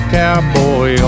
cowboy